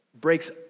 breaks